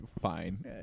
Fine